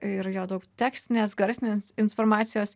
ir jo daug tekstinės garsinės informacijos